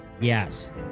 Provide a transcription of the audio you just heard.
Yes